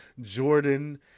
Jordan